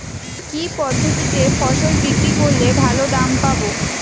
কি পদ্ধতিতে ফসল বিক্রি করলে ভালো দাম পাব?